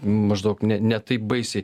maždaug ne ne taip baisiai